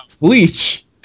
Bleach